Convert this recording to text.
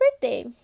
birthday